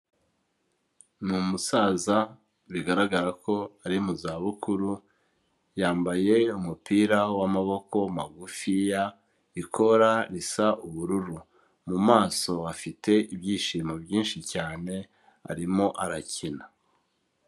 Ni umusaza bigaragara ko ari mu zabukuru, yambaye umupira w'amaboko magufiya, ikora risa ubururu. Mu maso afite ibyishimo byinshi cyane arimo arakina.